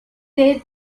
they